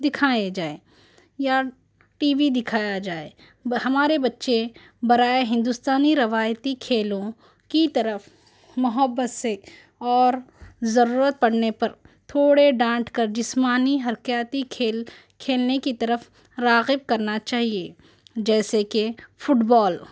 دکھائیں جائے یا ٹی وی دکھایا جائے ہمارے بچے برائے ہندوستانی روایتی کھیلوں کی طرف محبت سے اور ضرورت پڑنے پر تھوڑے ڈانٹ کر جسمانی حرکاتی کھیل کھیلنے کی طرف راغب کرنا چاہیے جیسے کہ فٹ بال